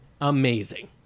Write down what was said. Amazing